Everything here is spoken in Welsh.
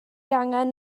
angen